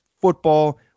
Football